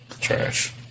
Trash